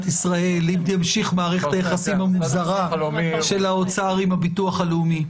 ישראל אם תמשיך מערכת היחסים המוזרה של האוצר עם הביטוח הלאומי.